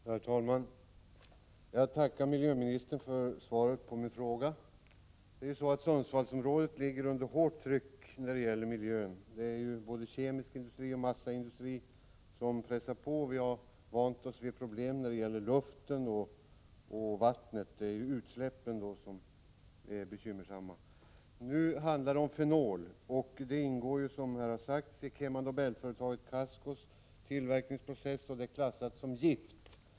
Herr talman! Jag tackar miljöministern för svaret på min fråga. Sundsvallsområdet ligger under hårt tryck när det gäller miljön. Det är både kemisk industri och massaindustri som pressar på. Vi har vant oss vid problem när det gäller luft och vatten. Det är utsläppen som är bekymmersamma. Nu handlar det om fenol. Det ingår i Kema Nobel-företaget Cascos tillverkningsprocess och är klassat som gift.